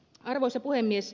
arvoisa puhemies